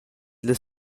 las